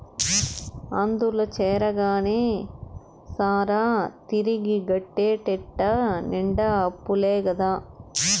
అందుల చేరగానే సరా, తిరిగి గట్టేటెట్ట నిండా అప్పులే కదా